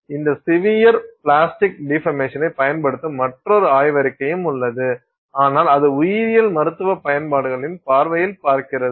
இந்த severe plastic டிபர்மேசனை பயன்படுத்தும் மற்றொரு ஆய்வறிக்கையும் உள்ளது ஆனால் அது உயிரியல் மருத்துவ பயன்பாடுகளின் பார்வையில் பார்க்கிறது